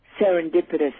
serendipitous